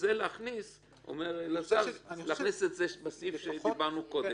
אומר אלעזר להכניס את זה לסעיף שדיברנו עליו קודם.